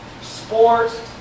Sports